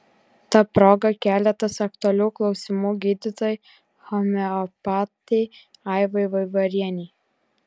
ta proga keletas aktualių klausimų gydytojai homeopatei aivai vaivarienei